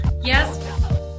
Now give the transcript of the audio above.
Yes